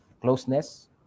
closeness